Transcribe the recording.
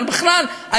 אבל בכלל,